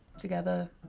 together